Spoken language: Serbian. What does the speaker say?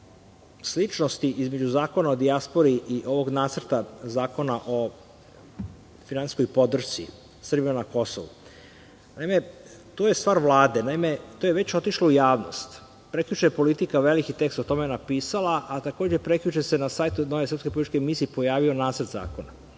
oko sličnosti između Zakona o dijaspori i ovog nacrta Zakona o finansijskoj podršci Srba na Kosovu, to je stvar Vlade, to je već otišlo u javnost. Prekjuče je „Politika“ veliki tekst o tome napisala, a takođe, prekjuče se na sajtu od one srpske političke misije pojavio nacrt zakona. Ako